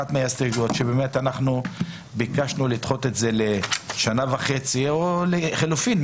אחת מההסתייגויות היא שבאמת ביקשנו לדחות את זה לשנה וחצי או לחלופין,